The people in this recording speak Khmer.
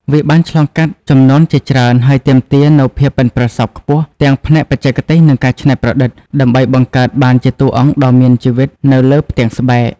វាបានឆ្លងកាត់ជំនាន់ជាច្រើន ហើយទាមទារនូវភាពប៉ិនប្រសប់ខ្ពស់ ទាំងផ្នែកបច្ចេកទេស និងការច្នៃប្រឌិត ដើម្បីបង្កើតបានជាតួអង្គដ៏មានជីវិតនៅលើផ្ទាំងស្បែក។